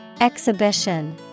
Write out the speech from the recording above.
Exhibition